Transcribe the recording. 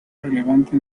relevante